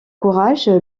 courage